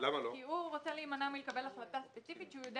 כי הוא רוצה להימנע מלקבל החלטה ספציפית שהוא יודע